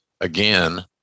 again